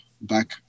back